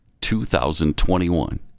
2021